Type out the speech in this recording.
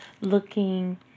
looking